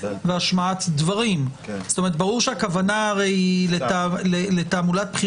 זאת אומרת, אם